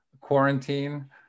quarantine